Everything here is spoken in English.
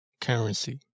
currency